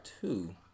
two